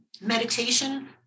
meditation